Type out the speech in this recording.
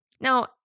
Now